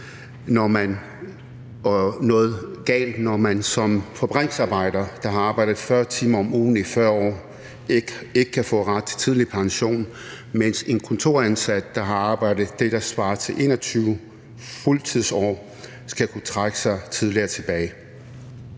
er noget galt, når man som fabriksarbejder, der har arbejdet 40 timer om ugen i 40 år, ikke kan få ret til tidlig pension, mens en kontoransat, der har arbejdet det, der svarer til 21 fuldtidsår, skal kunne trække sig tidligere tilbage.